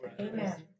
Amen